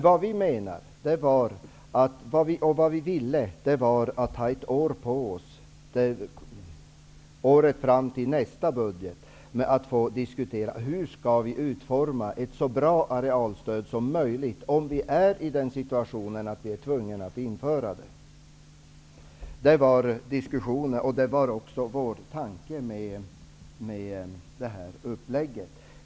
Vad vi ville var att ha ett år på oss, fram till nästa budget, för att diskutera hur vi skall utforma ett så bra arealstöd som möjligt om vi är i den situationen att vi är tvungna att införa det. Det var detta som diskussionen gällde och vår tanke med denna uppläggning.